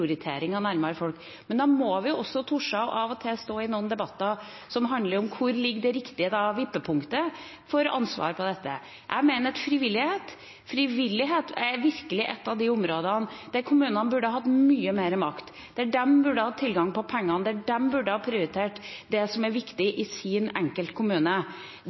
Da må vi også av og til tørre å stå i noen debatter som handler om hvor det riktige vippepunktet ligger når det gjelder ansvaret for dette. Jeg mener at frivillighet virkelig er et av de områdene der kommunene burde hatt mye mer makt, der de burde hatt tilgang på pengene, der de burde ha prioritert det som er viktig i sin kommune.